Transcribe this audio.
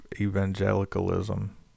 evangelicalism